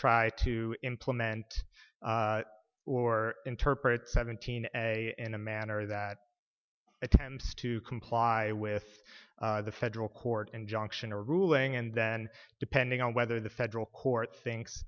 try to implement or interpret seventeen a in a manner that attempts to comply with the federal court injunction or ruling and then depending on whether the federal courts thinks